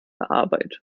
arbeit